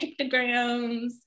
pictograms